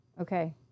Okay